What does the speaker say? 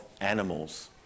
animals